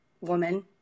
woman